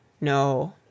No